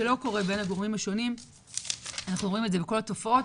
שלא קורה בין הגורמים השונים - אנחנו רואים את זה בכל התופעות,